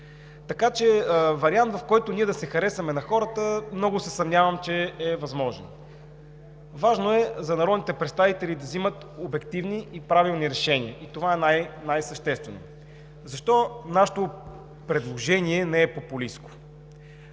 Така че вариант, в който ние да се харесаме на хората, много се съмнявам, че е възможен. Важно е за народните представители да взимат обективни и правилни решения и това е най-същественото. Защо нашето предложение не е популистко?